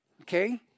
Okay